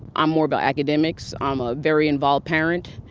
i'm more about academics. i'm a very involved parent.